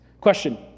Question